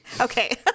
Okay